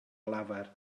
lafar